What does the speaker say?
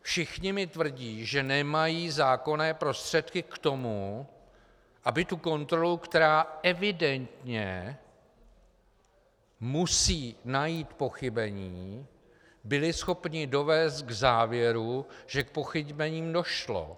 Všichni mi tvrdí, že nemají zákonné prostředky k tomu, aby kontrolu, která evidentně musí najít pochybení, byli schopni dovést k závěru, že k pochybením došlo.